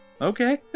okay